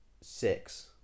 Six